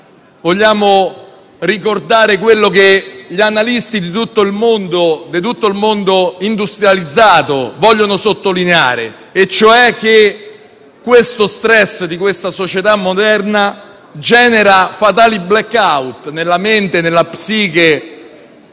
tuttavia ricordare quello che gli analisti di tutto il mondo industrializzato vogliono sottolineare, cioè che lo *stress* di questa società moderna genera fatali *blackout* nella mente e nella psiche